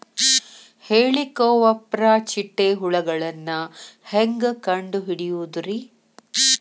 ಹೇಳಿಕೋವಪ್ರ ಚಿಟ್ಟೆ ಹುಳುಗಳನ್ನು ಹೆಂಗ್ ಕಂಡು ಹಿಡಿಯುದುರಿ?